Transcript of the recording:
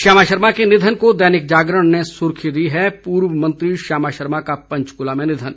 श्यामा शर्मा के निधन को दैनिक जागरण ने सुर्खी दी है पूर्व मंत्री श्यामा शर्मा का पंचकूला में निधन